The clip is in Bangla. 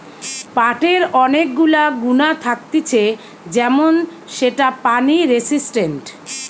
পাটের অনেক গুলা গুণা থাকতিছে যেমন সেটা পানি রেসিস্টেন্ট